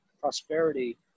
prosperity